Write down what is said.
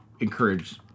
encourage